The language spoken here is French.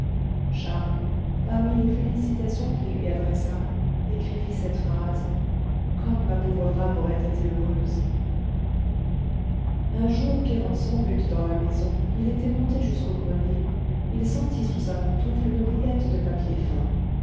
charles parmi les félicitations qu'il lui adressa écrivit cette phrase comme ma pauvre femme aurait été heureuse un jour qu'errant sans but dans la maison il était monté jusqu'au grenier il sentit sous sa pantoufle une boulette de papier fin